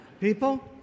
People